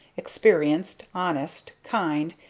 experienced, honest, kind,